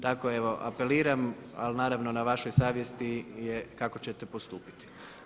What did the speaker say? Tako evo apeliram, ali naravno na vašoj savjesti je kako ćete postupiti.